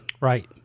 Right